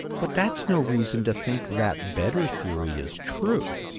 but that's no reason to think that better theory is true,